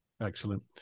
Excellent